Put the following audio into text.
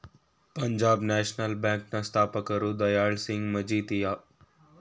Punjab national bank ನ ಸ್ಥಾಪಕರು ದಯಾಳ್ ಸಿಂಗ್ ಮಜಿತಿಯ